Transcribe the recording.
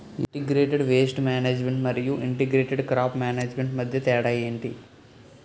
integrated pest management మరియు integrated crop management మధ్య తేడా ఏంటి